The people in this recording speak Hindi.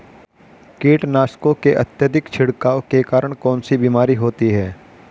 कीटनाशकों के अत्यधिक छिड़काव के कारण कौन सी बीमारी होती है?